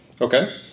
Okay